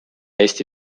eesti